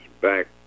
back